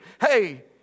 Hey